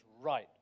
right